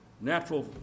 natural